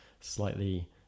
slightly